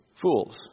Fools